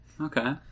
Okay